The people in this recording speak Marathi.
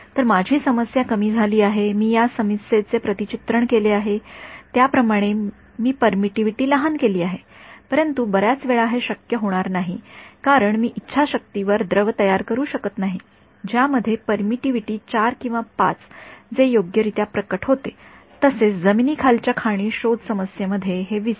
तर माझी समस्या कमी झाली आहे मी या समस्येचे प्रतिचित्रण केले आहे त्याप्रमाणे मी परमिटिव्हिटी लहान केली आहे परंतु बर्याच वेळा हे शक्य होणार नाही कारण मी इच्छाशक्तीवर द्रव तयार करू शकत नाही ज्यामध्ये परमिटिव्हिटी ४ किंवा ५ जे योग्यरित्या प्रकट होते तसेच जमिनीखालच्या खाणी शोध समस्येमध्ये हे विसरा